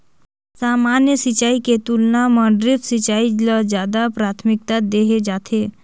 सामान्य सिंचाई के तुलना म ड्रिप सिंचाई ल ज्यादा प्राथमिकता देहे जाथे